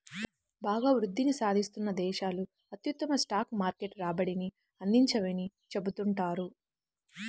బాగా వృద్ధిని సాధిస్తున్న దేశాలు అత్యుత్తమ స్టాక్ మార్కెట్ రాబడిని అందించవని చెబుతుంటారు